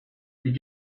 did